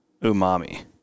umami